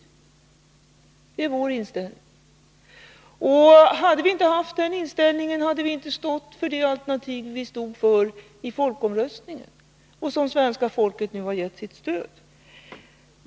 Hade vi inte haft den inställningen, skulle vi inte ha ställt oss bakom det alternativ som vi stod för i folkomröstningen och som svenska folket nu har givit sitt stöd.